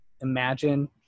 imagine